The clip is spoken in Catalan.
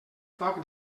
foc